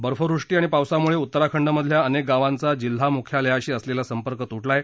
बर्फवृष्टी आणि पावसामुळे उत्तराखंडमधल्या अनेक गावांचा जिल्हा मुख्यालयाशी असलेला संपर्क तुटला आहे